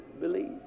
believe